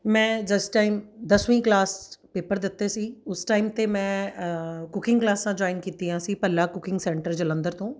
ਮੈਂ ਜਿਸ ਟਾਈਮ ਦਸਵੀਂ ਕਲਾਸ ਪੇਪਰ ਦਿੱਤੇ ਸੀ ਉਸ ਟਾਈਮ ਤੇ ਮੈਂ ਕੁਕਿੰਗ ਕਲਾਸਾਂ ਜੁਆਇਨ ਕੀਤੀਆਂ ਸੀ ਭੱਲਾ ਕੁਕਿੰਗ ਸੈਂਟਰ ਜਲੰਧਰ ਤੋਂ